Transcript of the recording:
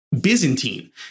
Byzantine